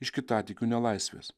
iš kitatikių nelaisvės